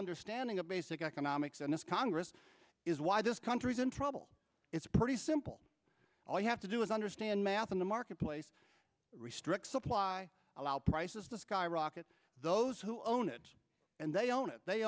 understanding of basic economics and this congress is why this country's in trouble it's pretty simple all you have to do is understand math in the marketplace restrict supply allow prices the skyrocket those who own it and they own it they